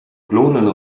klonen